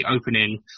opening